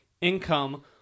income